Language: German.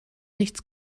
nichts